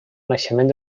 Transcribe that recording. naixement